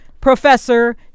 professor